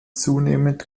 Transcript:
zunehmend